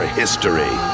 history